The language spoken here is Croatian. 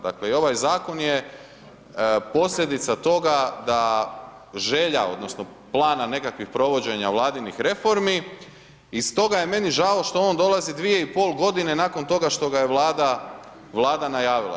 Dakle, i ovaj zakon je posljedica toga da želja odnosno plana nekakvih provođenja vladinih reformi i stoga je meni žao što on dolazi dvije i pol godine nakon toga što ga je Vlada najavila.